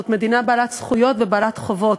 שזאת מדינת בעלת זכויות ובעלת חובות.